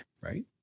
Right